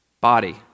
body